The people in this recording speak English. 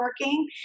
working